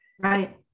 Right